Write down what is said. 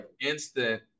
instant